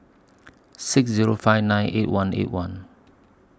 six Zero five nine eight one eight one